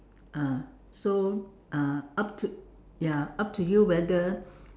ah so uh up to ya up to you whether